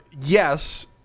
yes